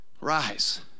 Rise